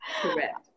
Correct